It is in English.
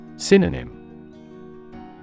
Synonym